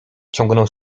ciągnął